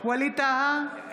ווליד טאהא,